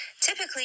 Typically